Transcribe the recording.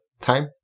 time